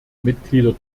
mitglieder